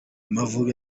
amavubi